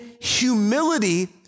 humility